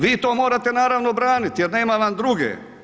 Vi to morate naravno braniti jer nema vam druge.